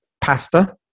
pasta